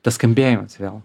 tas skambėjimas vėl